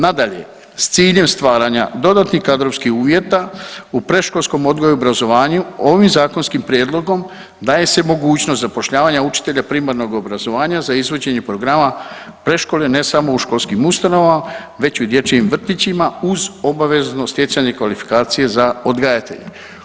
Nadalje, s ciljem stvaranja dodatnih kadrovskih uvjeta u predškolskom odgoju i obrazovanju ovim zakonskim prijedlogom daje se mogućnost zapošljavanja učitelja primarnog obrazovanja za izvođenje programa predškole ne samo u školskim ustanovama već u dječjim vrtićima uz obvezno stjecanje kvalifikacije za odgajatelje.